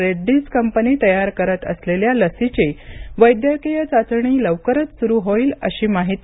रेड्डीज तयार करत असलेल्या लसीची वैद्यकीय चाचणी लवकरच सुरू होईल अशी माहिती डॉ